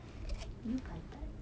you bantut